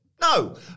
No